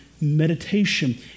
meditation